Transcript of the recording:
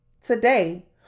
Today